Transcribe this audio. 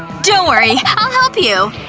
don't worry, i'll help you.